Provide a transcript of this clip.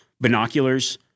binoculars